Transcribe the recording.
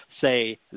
say